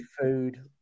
food